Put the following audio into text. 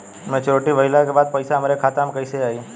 Maturity भईला के बाद पईसा हमरे खाता में कइसे आई?